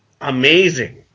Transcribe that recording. Amazing